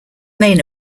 main